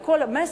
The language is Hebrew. לכולם מסר,